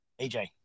AJ